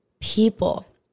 people